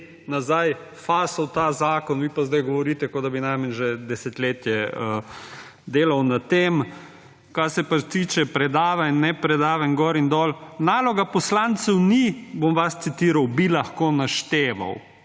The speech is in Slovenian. nazaj fasal ta zakon, vi pa sedaj govorite, kot da bi najmanj že desetletje delal na tem. Kar se pa tiče predavanj in ne predavanj gor in dol. Naloga poslancev ni … Vas bom citiral, »bi lahko našteval«.